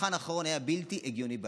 המבחן האחרון היה בלתי הגיוני בעליל.